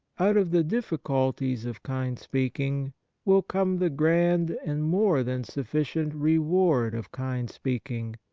out of the difficulties of kind speaking will come the grand and more than sufficient reward of kind speaking,